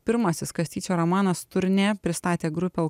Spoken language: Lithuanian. pirmasis kastyčio romanas turnė pristatė grupę